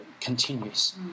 continues